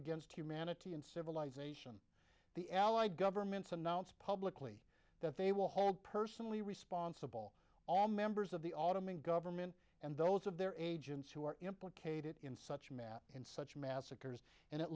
against humanity and civilization the allied governments announce publicly that they will hold personally responsible all members of the ottoman government and those of their agents who are implicated in such and such massacres and it